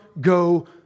go